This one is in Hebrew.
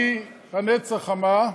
מהנץ החמה,